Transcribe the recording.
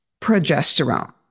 progesterone